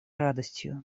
радостью